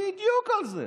בדיוק על זה.